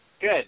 Good